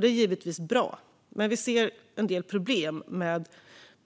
Det är givetvis bra, men vi ser en del problem med